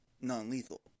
non-lethal